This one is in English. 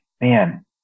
man